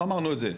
לא אמרנו את זה.